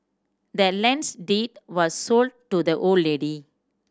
the land's deed was sold to the old lady